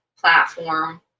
platform